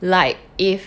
like if